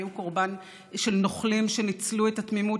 היו קורבן לנוכלים שניצלו את התמימות